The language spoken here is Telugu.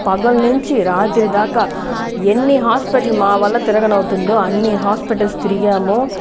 పగలు నుంచి రాత్రి దాకా ఎన్ని హాస్పిటల్ మా వల్ల తిరగనవుతుందో అన్ని హాస్పిటల్స్ తిరిగాము